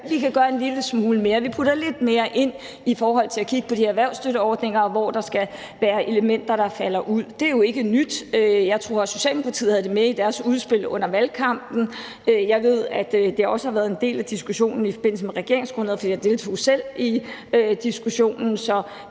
Vi kan gøre en lille smule mere. Vi putter lidt mere ind i forhold til at kigge på de erhvervsstøtteordninger, hvor der kan være elementer, der skal falde ud. Det er jo ikke nyt. Jeg tror, at Socialdemokratiet havde det med i deres udspil under valgkampen. Jeg ved, at det også har været en del af diskussionen i forbindelse med regeringsforhandlingerne, jeg deltog jo selv i diskussionen,